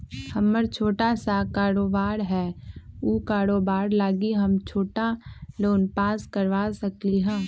हमर छोटा सा कारोबार है उ कारोबार लागी हम छोटा लोन पास करवा सकली ह?